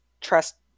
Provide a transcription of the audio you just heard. trust